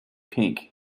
pink